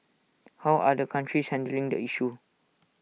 how other countries handling the issue